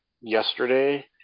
yesterday